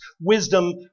Wisdom